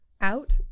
Out